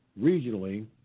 regionally